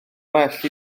well